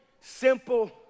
simple